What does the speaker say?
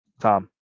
Tom